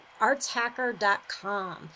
artshacker.com